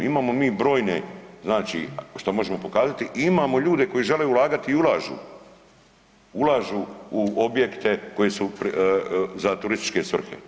Imamo mi brojne znači što možemo pokazati, imamo ljude koji žele ulagati i ulažu, ulažu u objekte koje su za turističke svrhe.